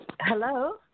Hello